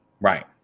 Right